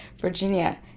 virginia